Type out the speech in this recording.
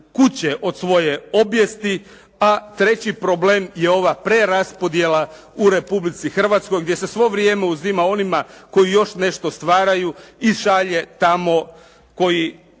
kud će od svoje obijesti, a treći problem je ova preraspodjela u Republici Hrvatskoj gdje se svo vrijeme uzima onima koji još nešto stvaraju i šalje tamo koji,